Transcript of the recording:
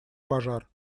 пожар